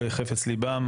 הדיון שלנו היום,